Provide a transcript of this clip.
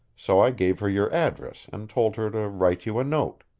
so i gave her your address and told her to write you a note.